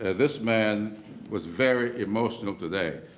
ah this man was very emotional today.